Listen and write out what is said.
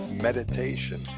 meditation